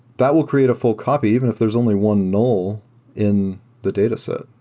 that will create a full copy even if there's only one null goal in the dataset.